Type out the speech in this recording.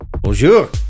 Bonjour